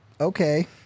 Okay